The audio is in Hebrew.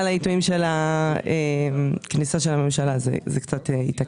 העיתויים של הכניסה של הממשלה וזה קצת התעכב.